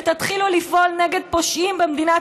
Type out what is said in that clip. ותתחילו לפעול גם נגד פושעים במדינת